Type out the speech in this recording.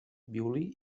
violí